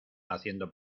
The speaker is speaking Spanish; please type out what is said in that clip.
haciendo